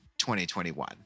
2021